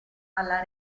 alla